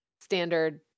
standard